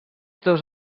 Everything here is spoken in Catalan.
dos